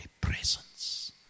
presence